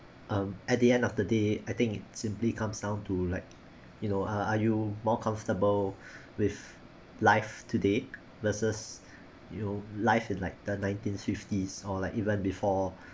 um at the end of the day I think it simply comes down to like you know uh are you more comfortable with life today versus you know life in like the nineteen fifties or like even before